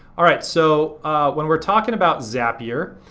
alright, so when we're talking about zapier,